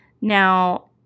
Now